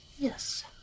Yes